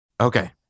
Okay